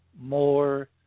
more